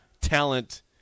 talent